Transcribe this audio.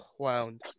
clowned